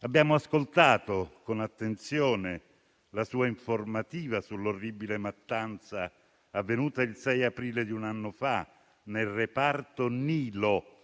Abbiamo ascoltato con attenzione la sua informativa sull'orribile mattanza avvenuta il 6 aprile di un anno fa nel reparto Nilo,